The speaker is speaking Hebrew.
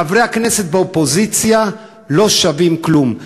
חברי הכנסת באופוזיציה לא שווים כלום.